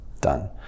done